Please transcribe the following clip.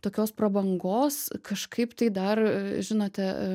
tokios prabangos kažkaip tai dar žinote